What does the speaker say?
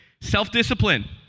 Self-discipline